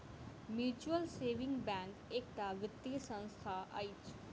mutual saving bank एकटा वित्तीय संस्था अछि